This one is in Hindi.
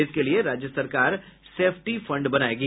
इसके लिए राज्य सरकार सेफ्टी फंड बनायेगी